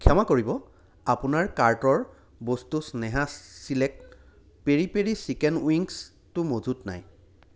ক্ষমা কৰিব আপোনাৰ কাৰ্টৰ বস্তু Sneha select peri peri chicken উইংছটো মজুত নাই